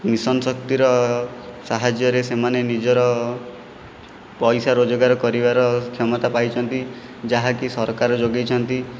mission ଶକ୍ତିର ସାହାଯ୍ୟରେ ସେମାନେ ନିଜର ପଇସା ରୋଜଗାର କରିବାର କ୍ଷମତା ପାଇଛନ୍ତି ଯାହାକି ସରକାର ଯୋଗାଇଛନ୍ତି